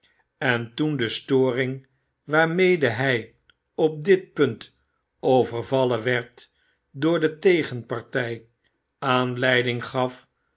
en toen de storing waarmede hy op dit punt overvallen werd door de tegenpartfl aanleiding gaf